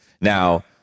Now